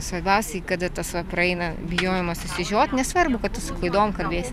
svarbiausiai kada tas va praeina bijojimas išsižiot nesvarbu kad tu su klaidom kalbėsi